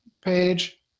page